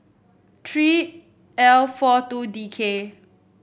three L four two D K